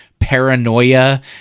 paranoia